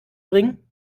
bringen